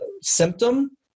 symptom